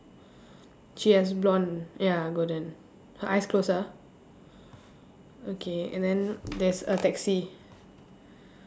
she has blonde ya golden her eyes close ah okay and then there's a taxi